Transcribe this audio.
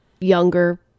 younger